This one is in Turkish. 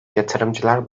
yatırımcılar